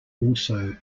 also